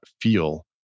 feel